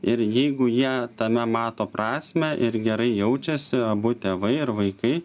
ir jeigu jie tame mato prasmę ir gerai jaučiasi abu tėvai ir vaikai